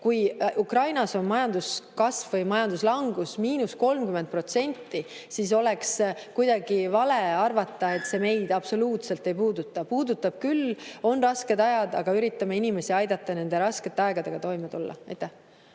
Kui Ukrainas on majanduslangus –30%, siis oleks vale arvata, et see meid absoluutselt ei puuduta. Puudutab küll. On rasked ajad, aga üritame inimesi aidata nende raskete aegadega toime tulla. Peeter